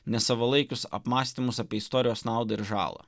nesavalaikius apmąstymus apie istorijos naudą ir žalą